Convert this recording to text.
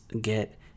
get